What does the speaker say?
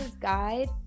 guide